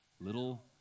little